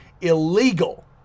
illegal